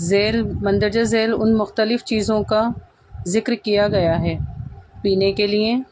ذیل مندرجہ ذیل ان مختلف چیزوں کا ذکر کیا گیا ہے پینے کے لیے